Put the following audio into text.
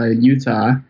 Utah